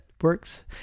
works